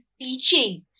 teaching